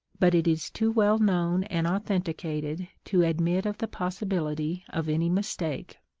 but it is too well known and authenticated to admit of the possibility of any mistake.